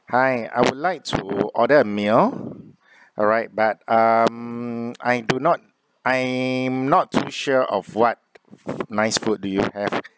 hi I would like to order a meal alright but um I do not I am not too sure of what nice food do you have